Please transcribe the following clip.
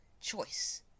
choice